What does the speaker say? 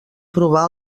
provar